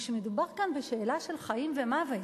ומדובר כאן בשאלה של חיים ומוות,